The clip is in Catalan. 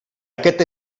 aquest